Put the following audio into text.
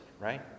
right